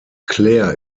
claire